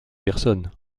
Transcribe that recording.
personne